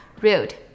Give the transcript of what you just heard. Rude